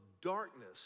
darkness